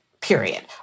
period